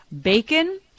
Bacon